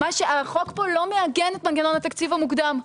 החוק פה לא מעגן את מנגנון התקציב המוקדם,